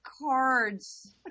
cards